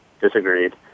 disagreed